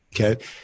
okay